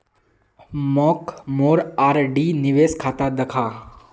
मोक मोर आर.डी निवेश खाता दखा